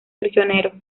prisioneros